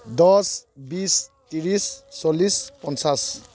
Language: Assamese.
দহ বিশ ত্ৰিছ চল্লিছ পঞ্চাছ